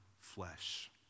flesh